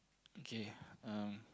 okay um